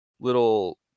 little